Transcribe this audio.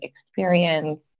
experience